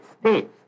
States